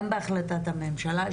גם בהחלטת הממשלה,